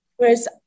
Whereas